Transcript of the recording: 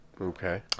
Okay